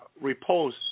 repose